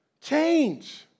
Change